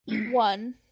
One